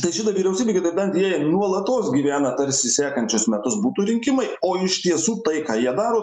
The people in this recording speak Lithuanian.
tai šita vyriausybė kitaip tariant jie nuolatos gyvena tarsi sekančius metus būtų rinkimai o iš tiesų tai ką jie daro